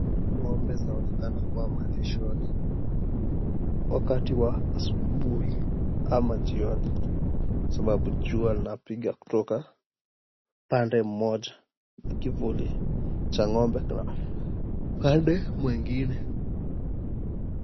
Ng'ombe zinaonekana kuwa malishoni wakati wa asubuhi ama jioni, sababu jua lapiga kutoka upande mmoja, kivuli cha ng'ombe upande mwingine.